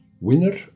winner